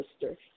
sister